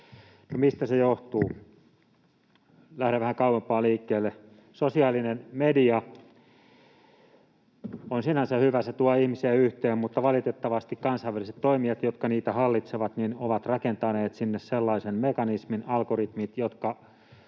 mistä se johtuu? Lähden vähän kauempaa liikkeelle. Sosiaalinen media on sinänsä hyvä, se tuo ihmisiä yhteen. Mutta valitettavasti kansainväliset toimijat, jotka niitä hallitsevat, ovat rakentaneet sinne sellaisen mekanismin, algoritmit, jotka